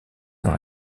dans